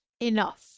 enough